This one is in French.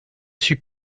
suis